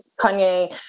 Kanye